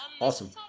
Awesome